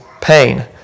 pain